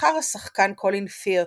נבחר השחקן קולין פירת'